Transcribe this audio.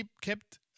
kept